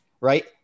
right